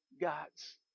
gods